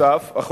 נוסף על כך,